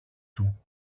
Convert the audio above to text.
του